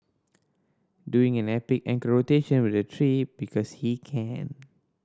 doing an epic ankle rotation with the tree because he can